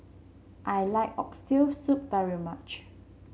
I like Oxtail Soup very much